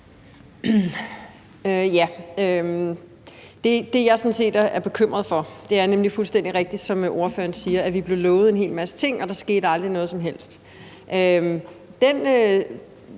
nemlig, som ordføreren fuldstændig rigtigt siger, om, at vi blev lovet en hel masse ting, men der skete aldrig noget som helst.